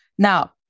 Now